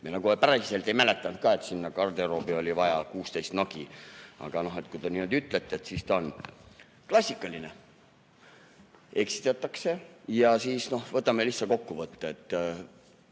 me nagu päriselt ei mäletanud, et sinna garderoobi oli vaja 16 nagi, aga kui te niimoodi ütlete, siis nii on. Klassikaline! Eksitatakse ja siis võtame lihtsa kokkuvõtte, et